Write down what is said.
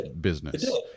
business